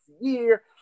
year